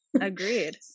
Agreed